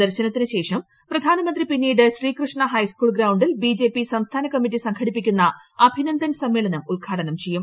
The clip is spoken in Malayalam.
ദർശനത്തിന് ശേഷം പ്രധാനമന്ത്രി പിന്നീട് ശ്രീകൃഷ്ണ ഹൈസ്കൂൾ ഗ്രൌണ്ടിൽ ബി ജെ പി സംസ്ഥാന കമ്മിറ്റി സംഘടിപ്പിക്കുന്ന അഭിനന്ദൻ സമ്മേളനം ഉദ്ഘാടനം ചെയ്യും